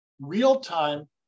real-time